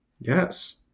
Yes